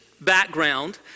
background